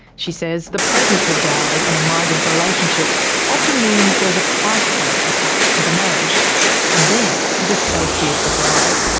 she says the presence of dowry in and a migrant relationship often means there's a price tag attached to the marriage and then to the safety of the bride.